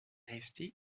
resté